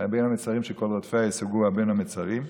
בין המצרים ש"כל רֹדפיה הִשִּׂיגוּהָ בין המצרים",